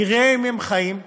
יראה אם הם חיים,